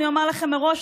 אני אומר לכם מראש,